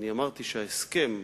אמרתי שההסכם,